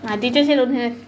my teacher say don't have